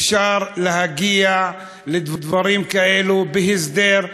אפשר להגיע לדברים כאלה בהסדר,